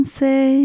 say